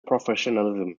professionalism